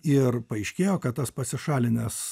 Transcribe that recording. ir paaiškėjo kad tas pasišalinęs